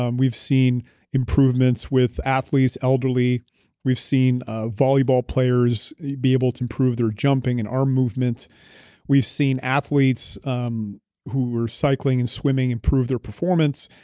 um we've seen improvements with athletes, elderly we've seen ah volleyball players be able to improve their jumping and arm movement we've seen athletes um who were cycling and swimming improve their performance.